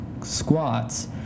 squats